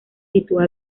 sitúa